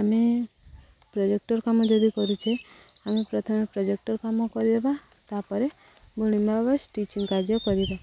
ଆମେ ପ୍ରୋଜେକ୍ଟର୍ କାମ ଯଦି କରୁଛେ ଆମେ ପ୍ରଥମେ ପ୍ରୋଜେକ୍ଟର୍ କାମ କରିଦେବା ତା'ପରେ ବୁଣିବା ବା ଷ୍ଟିଚିଂ କାର୍ଯ୍ୟ କରିବା